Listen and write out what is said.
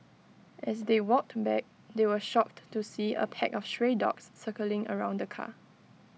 as they walked back they were shocked to see A pack of stray dogs circling around the car